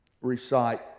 recite